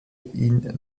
ihn